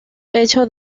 hechos